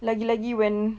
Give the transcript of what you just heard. lagi-lagi when